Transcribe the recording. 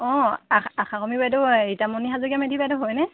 অঁ আ আশা কৰ্মী বাইদেউ ৰীতামণি হাজৰিকা মেধি বাইদউ হয়নে